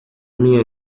homem